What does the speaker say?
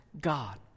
God